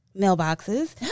mailboxes